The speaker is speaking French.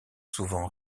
souvent